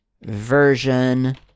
version